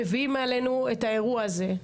מביאים עלינו את האירוע הזה.